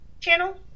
channel